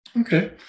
Okay